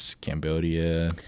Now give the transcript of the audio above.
Cambodia